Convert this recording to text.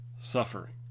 suffering